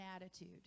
attitude